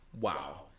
Wow